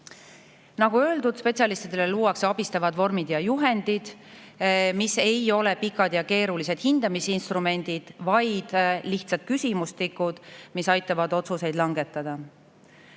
Nagu öeldud, spetsialistidele luuakse abistavad vormid ja juhendid, mis ei ole pikad ja keerulised hindamisinstrumendid, vaid lihtsad küsimustikud, mis aitavad otsuseid langetada.